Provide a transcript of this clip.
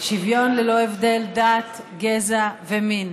שוויון ללא הבדל דת, גזע ומין.